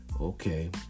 Okay